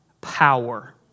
power